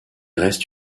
reste